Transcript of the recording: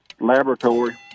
laboratory